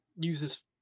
uses